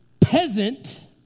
peasant